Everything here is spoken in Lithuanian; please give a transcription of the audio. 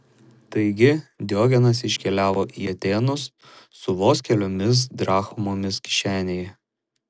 taigi diogenas iškeliavo į atėnus su vos keliomis drachmomis kišenėje